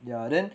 ya then